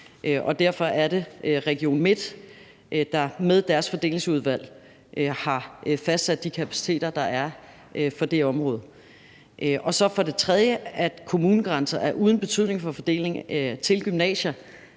derfor er det Region Midtjylland, der med deres fordelingsudvalg har fastsat de kapaciteter, der er for det område. Så er det for det tredje sådan, at kommunegrænser er uden betydning for fordeling til gymnasier.